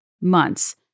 months